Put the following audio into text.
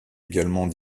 également